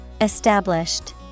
Established